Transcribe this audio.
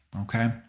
Okay